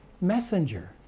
messenger